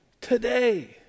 today